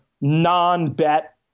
non-bet